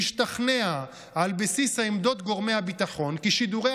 שהשתכנע על בסיס עמדות גורמי הביטחון כי שידורי